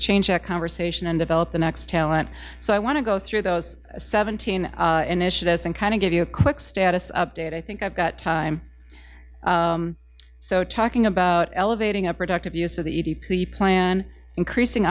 change that conversation and develop the next talent so i want to go through those seventeen initiatives and kind of give you a quick status update i think i've got time so talking about elevating a productive use of the a t p plan increasing